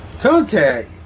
contact